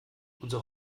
unser